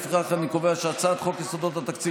לפיכך אני קובע שהצעת חוק יסודות התקציב